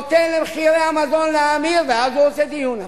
נותן למחירי המזון להאמיר, ואז הוא עושה דיון.